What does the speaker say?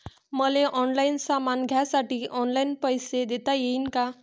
मले ऑनलाईन सामान घ्यासाठी ऑनलाईन पैसे देता येईन का?